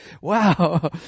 Wow